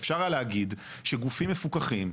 אפשר היה להגיד שגופים מפוקחים,